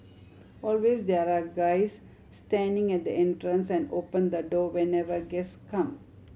always there are guys standing at the entrance and open the door whenever guest come